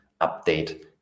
update